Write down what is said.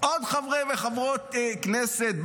עוד חברי וחברות כנסת,